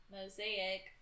Mosaic